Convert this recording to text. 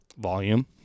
volume